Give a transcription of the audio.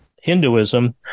Hinduism